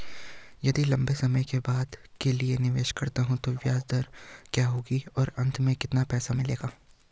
यदि लंबे समय के लिए निवेश करता हूँ तो ब्याज दर क्या होगी और अंत में कितना पैसा मिलेगा?